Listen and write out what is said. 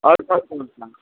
और कौन कौन स